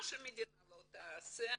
מה שהמדינה לא תעשה,